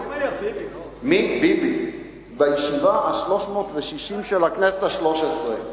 ביבי, בישיבה ה-360 של הכנסת השלוש-עשרה.